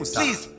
please